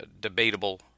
debatable